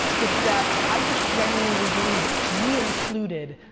it's that i just genuinely believe, me included,